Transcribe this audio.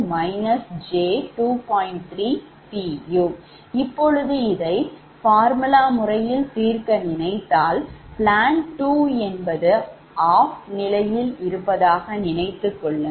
𝑢 இப்பொழுது இதை formula முறையில் தீர்க்க நினைத்தால் plant 2 என்பது OFF நிலையில் இருப்பதாக நினைத்துக் கொள்ளுங்கள்